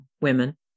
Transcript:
women